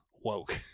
woke